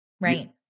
Right